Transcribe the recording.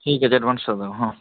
ঠিক আছে অ্যাডভান্সটা দাও হ্যাঁ